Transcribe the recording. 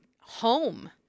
home